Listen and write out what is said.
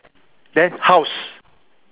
then house